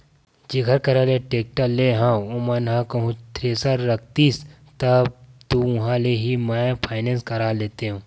जेखर करा ले टेक्टर लेय हव ओमन ह कहूँ थेरेसर रखतिस तब तो उहाँ ले ही मैय फायनेंस करा लेतेव